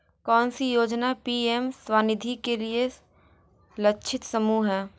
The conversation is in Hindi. कौन सी योजना पी.एम स्वानिधि के लिए लक्षित समूह है?